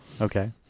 Okay